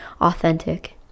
authentic